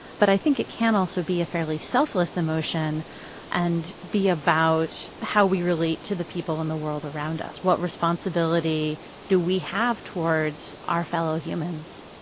but i think it can also be a fairly selfless emotion and be about how we relate to the people in the world around us. what responsibility do we have towards our fellow humans?